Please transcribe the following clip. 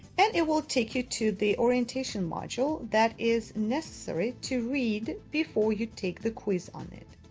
and it will take you to the orientation module that is necessary to read before you take the quiz on it,